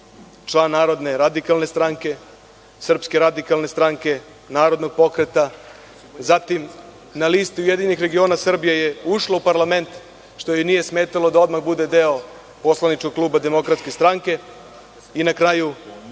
član Narodne radikalne stranke, Srpske radikalne stranke, Narodnog pokreta, zatim na listi Ujedinjenih regiona Srbije je ušla u parlament, što joj nije smetalo da odmah bude deo poslaničkog kluba Demokratske stranke i na kraju